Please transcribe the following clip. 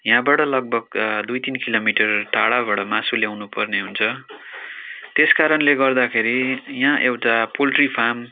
यहाँबाट लगभग दुई तिन किलोमिटर टाढाबाट मासु ल्याउनु पर्ने हुन्छ त्यसकारणले गर्दाखेरि यहाँ एउटा पोल्ट्री फार्म